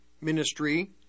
Ministry